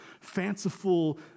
fanciful